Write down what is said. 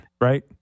right